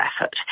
effort